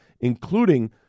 including